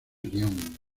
guion